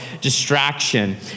distraction